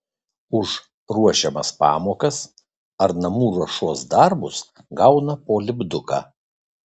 už ruošiamas pamokas ar namų ruošos darbus gauna po lipduką